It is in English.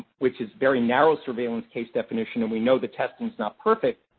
which is very narrow surveillance case definition, and we know the testing's not perfect,